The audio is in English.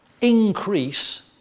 increase